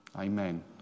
Amen